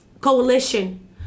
coalition